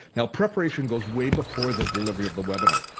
now preparation goes way before the delivery of the webinar.